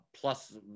plus